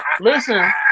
Listen